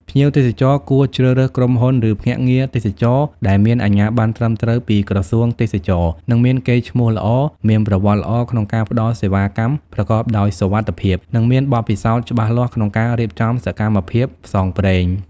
ភ្ញៀវទេសចរគួរជ្រើសរើសក្រុមហ៊ុន ឬភ្នាក់ងារទេសចរណ៍ដែលមានអាជ្ញាប័ណ្ណត្រឹមត្រូវពីក្រសួងទេសចរណ៍ និងមានកេរ្តិ៍ឈ្មោះល្អ មានប្រវត្តិល្អក្នុងការផ្ដល់សេវាកម្មប្រកបដោយសុវត្ថិភាព និងមានបទពិសោធន៍ច្បាស់លាស់ក្នុងការរៀបចំសកម្មភាពផ្សងព្រេង។